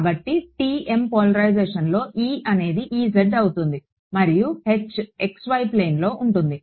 కాబట్టి TM పోలరైజేషన్లో E అనేది అవుతుంది మరియు H xy ప్లేన్లో ఉంటుంది